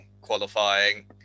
qualifying